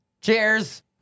Cheers